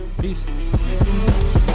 Peace